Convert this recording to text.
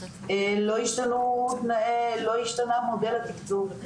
לא השתנה מודל התקצוב,